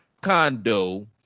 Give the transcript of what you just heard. Condo